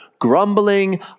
Grumbling